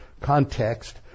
context